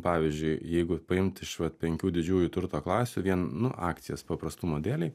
pavyzdžiui jeigu paimt iš vat penkių didžiųjų turto klasių vien nu akcijas paprastumo dėlei